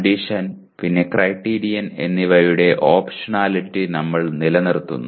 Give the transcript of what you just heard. condition പിന്നെ criterion എന്നിവയുടെ optionality നമ്മൾ നിലനിർത്തുന്നു